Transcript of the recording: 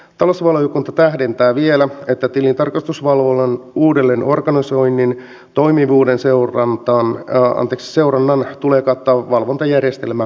talousvaliokunta tähdentää vielä että tilintarkastusvalvonnan uudelleenorganisoinnin toimivuuden seurannan tulee kattaa valvontajärjestelmä kokonaisuudessaan